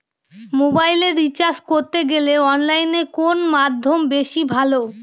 মোবাইলের রিচার্জ করতে গেলে অনলাইনে কোন মাধ্যম বেশি ভালো?